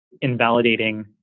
invalidating